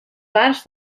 parts